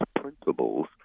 principles